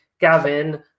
Gavin